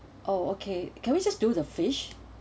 oh okay can we just do the fish